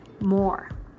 more